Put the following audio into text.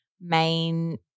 main